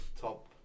top